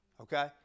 okay